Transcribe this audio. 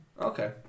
Okay